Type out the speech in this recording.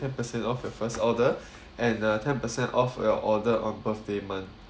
ten percent off your first order and uh ten percent off your order on birthday month